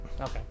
Okay